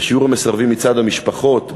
ושיעור המסרבים מצד המשפחות,